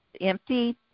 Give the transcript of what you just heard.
empty